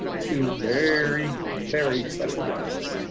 two very, very special guests,